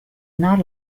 not